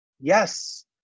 Yes